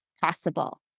possible